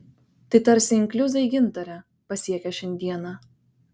tai tarsi inkliuzai gintare pasiekę šiandieną